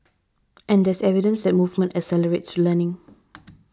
and there's evidence that movement accelerates learning